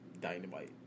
Dynamite